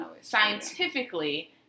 scientifically